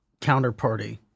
counterparty